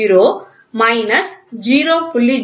000 minus 0